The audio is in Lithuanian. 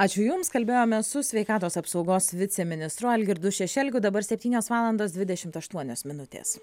ačiū jums kalbėjome su sveikatos apsaugos viceministru algirdu šešelgiu dabar septynios valandos dvidešimt aštuonios minutės